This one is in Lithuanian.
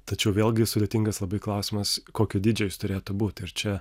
tačiau vėlgi sudėtingas labai klausimas kokio dydžio jis turėtų būti ir čia